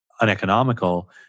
uneconomical